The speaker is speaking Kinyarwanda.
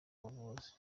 ubuvuzi